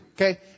okay